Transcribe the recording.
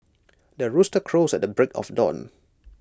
the rooster crows at the break of dawn